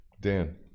Dan